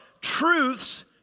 truths